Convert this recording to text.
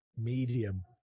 medium